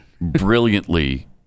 Brilliantly